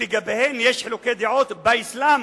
שלגביהם יש חילוקי דעות באסלאם,